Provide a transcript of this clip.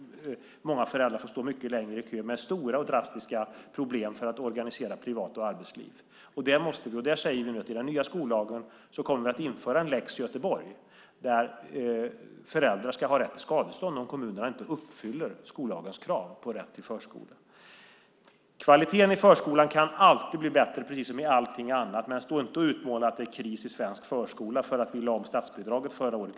Många föräldrar får stå mycket längre i kö med stora och drastiska problem med att organisera privat och arbetsliv. Där säger vi nu att vi i den nya skollagen kommer att införa lex Göteborg. Föräldrar ska ha rätt till skadestånd om kommunerna inte uppfyller skollagens krav på rätt till förskola. Kvaliteten i förskolan kan alltid bli bättre, precis som med allting annat. Men stå inte och utmåla att det är kris i svensk förskola för att vi lade om statsbidraget förra året.